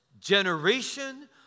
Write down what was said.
Generation